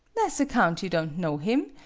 s account you don' know him,